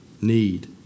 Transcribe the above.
need